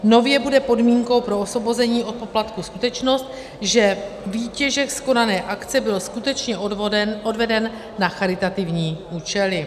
Nově bude podmínkou pro osvobození od poplatku skutečnost, že výtěžek z konané akce byl skutečně odveden na charitativní účely.